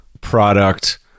product